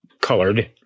colored